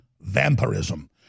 vampirism